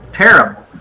terrible